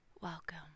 Welcome